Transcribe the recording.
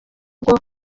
bwo